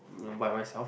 mm by myself